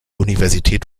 universität